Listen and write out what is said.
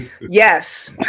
Yes